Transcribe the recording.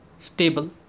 stable